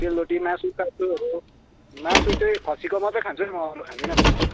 सेलरोटी मासुसासुहरू मासु चाहिँ खसीको मात्रै खान्छु नि म अरू खान्दिनँ फेरि